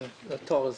לתור הזה.